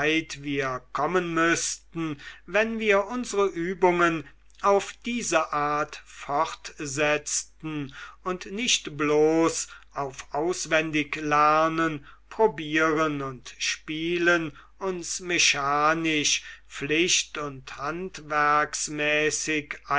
kommen müßten wenn wir unsere übungen auf diese art fortsetzten und nicht bloß auf auswendiglernen probieren und spielen uns mechanisch pflicht und